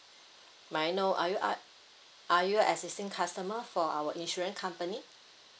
may I know are you our are you a existing customer for our insurance company